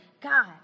God